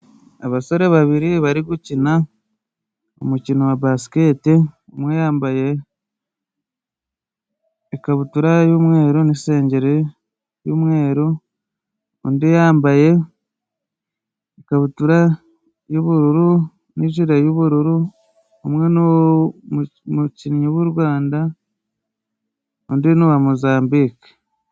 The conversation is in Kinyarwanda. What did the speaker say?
Abasore babiri bari gukina umukino wa basiketi, umwe yambaye ikabutura y'umweru n'isengeri y'umweru, undi yambaye ikabutura y'ubururu n'ijiri y'ubururu. Umwe ni umukinnyi w'uRwanda undi ni uwa Mozambique.